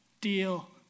deal